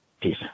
Peace